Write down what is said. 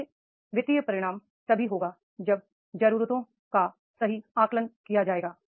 इसलिए वित्तीय परिणाम तभी होगा जब जरूरतों का सही आकलन किया जाएगा